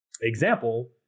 example